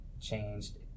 changed